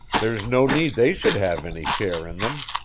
there's no need they should have any share in them.